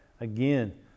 Again